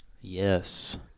Yes